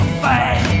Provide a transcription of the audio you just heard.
fight